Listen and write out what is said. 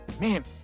Man